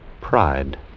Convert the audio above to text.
pride